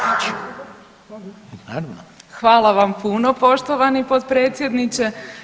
Hvala vam puno poštovani potpredsjedniče.